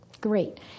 Great